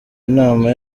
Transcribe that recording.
inama